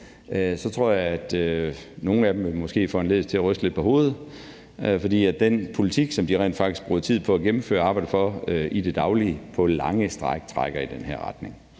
tror jeg at nogle af dem måske ville foranlediges til at ryste lidt på hovedet, fordi den politik, som de rent faktisk bruger tid på at gennemføre og arbejder for i det daglige, på lange stræk trækker i den her retning.